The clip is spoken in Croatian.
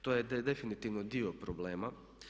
To je definitivno dio problema.